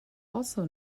also